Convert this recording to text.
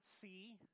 see